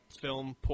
film